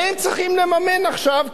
והם צריכים לממן עכשיו,